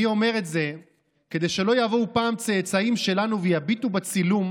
אני אומר את זה כדי שלא יבוא פעם צאצאים שלנו ויביטו בצילום